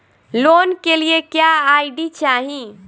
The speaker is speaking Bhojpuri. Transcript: लोन के लिए क्या आई.डी चाही?